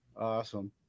Awesome